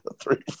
Three